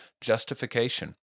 justification